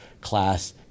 class